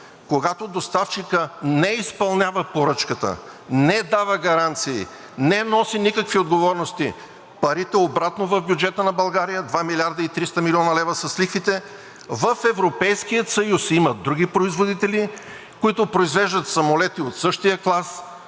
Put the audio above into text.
когато доставчикът не изпълнява поръчката, не дава гаранции, не носи никакви отговорности, парите обратно в бюджета на България – 2 млрд. и 300 млн. лв. с лихвите. В Европейския съюз има други производители, които произвеждат самолети от същия клас,